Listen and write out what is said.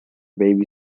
baby